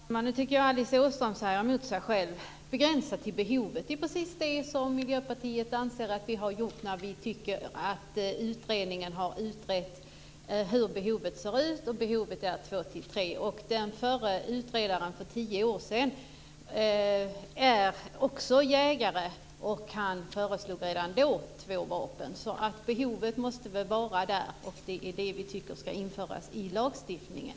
Herr talman! Jag tycker att Alice Åström nu säger emot sig själv. Det är just en begränsning till behovet som vi i Miljöpartiet anser oss ha gjort när vi ansluter oss till utredningens uppfattning att behovet uppgår till två till tre vapen. Den som gjorde den förra utredningen och som likaledes är jägare föreslog redan för tio år sedan en begränsning till två vapen. Behovet måste alltså ligga där, och vi tycker att det ska införas i lagstiftningen.